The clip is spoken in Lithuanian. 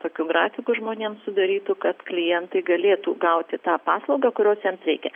tokiu grafiku žmonėms sudarytu kad klientai galėtų gauti tą paslaugą kurios jiems reikia